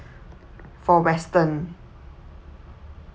for western